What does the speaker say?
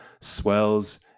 swells